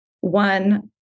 one